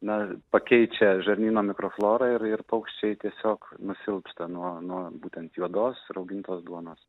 na pakeičia žarnyno mikroflorą ir ir paukščiai tiesiog nusilpsta nuo nuo būtent juodos raugintos duonos